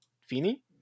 Feeny